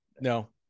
No